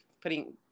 putting